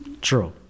True